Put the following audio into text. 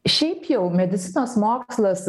šiaip jau medicinos mokslas